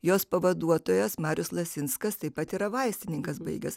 jos pavaduotojas marius lasinskas taip pat yra vaistininkas baigęs